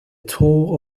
tall